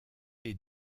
les